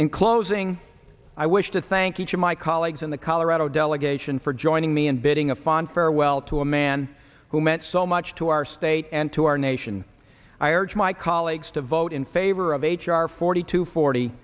in closing i wish to thank each of my colleagues in the colorado delegation for joining me in building a fond farewell to a man who meant so much to our state and to our nation i urge my colleagues to vote in favor of h r forty two forty